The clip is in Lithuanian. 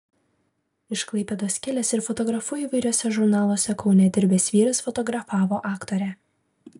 iš klaipėdos kilęs ir fotografu įvairiuose žurnaluose kaune dirbęs vyras fotografavo aktorę